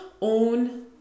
own